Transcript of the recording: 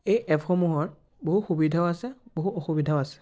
এই এপসমূহৰ বহু সুবিধাও আছে বহু অসুবিধাও আছে